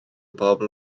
bobl